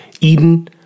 Eden